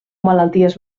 malalties